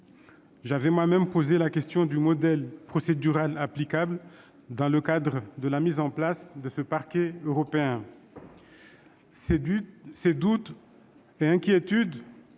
J'avais moi-même posé la question du modèle procédural applicable dans le cadre de la mise en place de ce Parquet européen. Ces doutes et inquiétudes